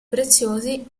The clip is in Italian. preziosi